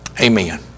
Amen